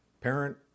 parent